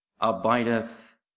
abideth